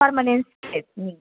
permanent straight